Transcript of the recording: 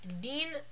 Dean